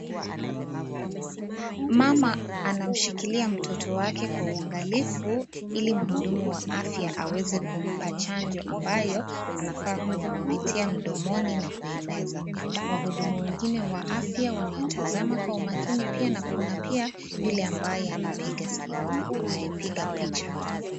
Mama anamshikilia mtoto wake kwa uangalifu ili mhudumu wa afya aweze kumpa chanjo ambayo anafaa kupitia mdomoni na kuimeza, wahudumu wengine wa afya wanatazama kwa umakini pia na kuna pia yule ambaye anapiga simu, anayepiga picha.